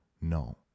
no